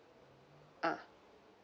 uh